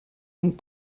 and